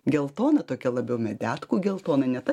geltona tokia labiau medetkų geltona ne ta